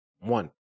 One